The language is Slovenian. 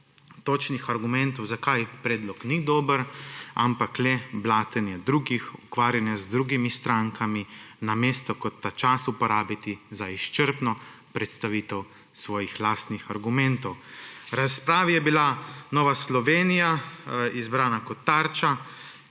točnih argumentov, zakaj predlog ni dober, ampak le blatenje drugih, ukvarjanje z drugimi strankami, namesto da bi čas uporabili za izčrpno predstavitev svoji lastnih argumentov. V razpravi je bila Nova Slovenija izbrana kot tarča,